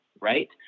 right